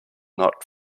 not